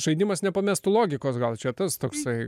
žaidimas nepamestų logikos gal čia tas toksai